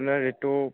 আপোনাৰ এইটো